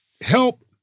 help